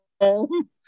home